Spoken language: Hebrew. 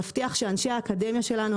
להבטיח שאנשי האקדמיה שלנו,